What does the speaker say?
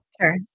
Sure